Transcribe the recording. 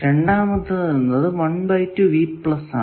രണ്ടാമത്തേത് ആണ്